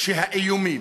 שהאיומים